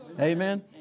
Amen